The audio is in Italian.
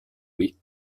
noi